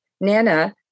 Nana